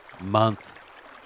month